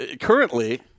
currently